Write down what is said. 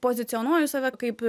pozicionuoju save kaip